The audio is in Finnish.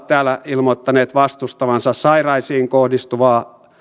täällä ilmoittaneet vastustavansa sairaisiin kohdistuvia